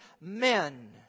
men